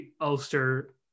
ulster